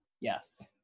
yes